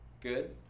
Good